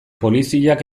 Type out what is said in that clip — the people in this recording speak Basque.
poliziak